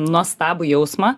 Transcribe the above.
nuostabų jausmą